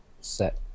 set